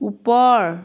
ওপৰ